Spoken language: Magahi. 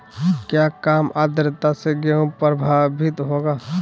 क्या काम आद्रता से गेहु प्रभाभीत होगा?